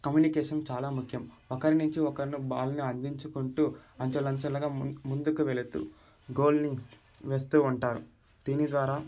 communication చాలా ముఖ్యం ఒకరి నుంచి ఒకరు బాల్ని అందించుకుంటూ అంచెలంచెలుగా ముం ముందుకు వెళుతూ గోల్ని వేస్తూ ఉంటారు దీని ద్వారా